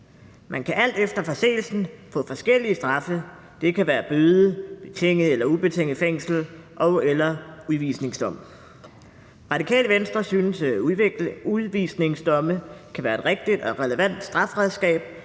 Man kan alt efter forseelsen få forskellige straffe, det kan være bøde, betinget eller ubetinget fængsel og/eller en udvisningsdom. Radikale Venstre synes, at udvisningsdomme kan være et rigtigt og relevant strafredskab,